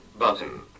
Button